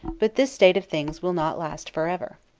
but this state of things will not last forever.